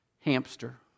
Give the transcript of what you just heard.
hamster